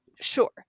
Sure